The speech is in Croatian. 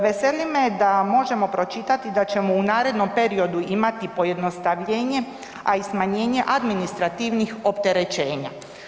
Veseli me da možemo pročitati da ćemo u narednom periodu imati pojednostavljenje a i smanjenje administrativnih opterećenja.